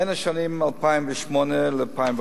2. בין השנים 2008 ו-2011